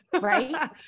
Right